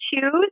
choose